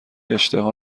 اشتها